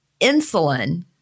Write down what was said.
insulin